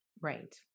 right